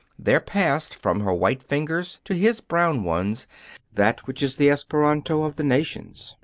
there passed from her white fingers to his brown ones that which is the esperanto of the nations,